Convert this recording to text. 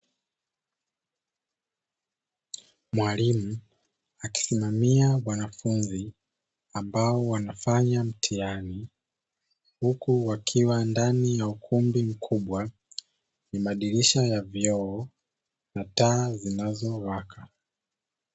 Mwalimu akisimamia wanafunzi ambao wanafanya mtihani huku wakiwa ndani ya ukumbi mkubwa, wenye madirisha ya vioo na taa zinazowaka.